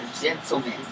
Gentlemen